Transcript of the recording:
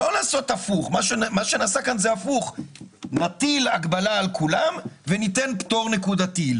עושים הפוך מטילים הגבלה על כולם ונותנים פטור נקודתי.